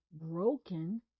broken